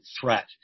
threat